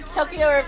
Tokyo